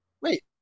wait